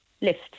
lift